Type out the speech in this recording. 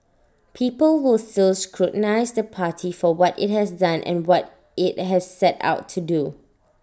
people will still scrutinise the party for what IT has done and what IT has set out to do